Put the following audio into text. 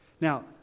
Now